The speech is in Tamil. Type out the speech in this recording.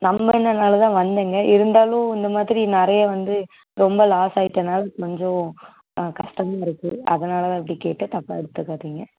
நம்பன்றனாலதான் வந்தேங்க இருந்தாலும் இந்தமாதிரி நிறையா வந்து ரொம்ப லாஸாயிட்டனால கொஞ்சம் கஷ்டமாகயிருக்கு அதனால தான் இப்படி கேட்டேன் தப்பாக எடுத்துக்காதீங்க